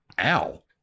ow